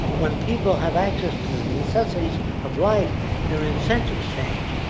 when people have access to the necessities of life, their incentives change.